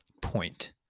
point